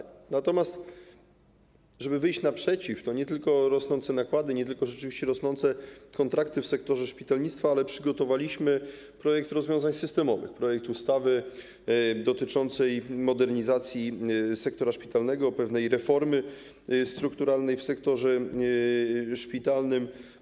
Natomiast żeby wyjść naprzeciw - to nie tylko rosnące nakłady, nie tylko rosnące kontrakty w sektorze szpitalnictwa, ale przygotowaliśmy projekt rozwiązań systemowych, projekt ustawy dotyczącej modernizacji sektora szpitalnego, pewnej reformy strukturalnej w sektorze szpitalnym.